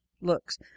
looks